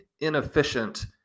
inefficient